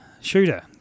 Shooter